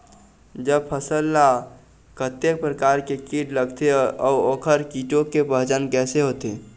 जब फसल ला कतेक प्रकार के कीट लगथे अऊ ओकर कीटों के पहचान कैसे होथे?